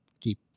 deep